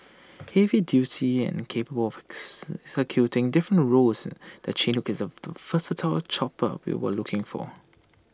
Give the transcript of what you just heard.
heavy duty and capable of different roles the Chinook is the versatile chopper we were looking for